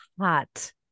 hot